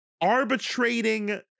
arbitrating